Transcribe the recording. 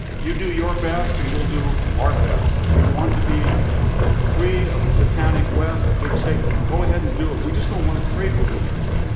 you do your best and we'll do our best. if you want to be free of the satanic west, the big satan, go ahead and do it. we just don't want to trade with you anymore.